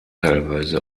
teilweise